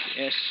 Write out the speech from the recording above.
Yes